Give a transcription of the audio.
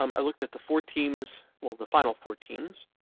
um i looked at the four teams. well, the final four teams.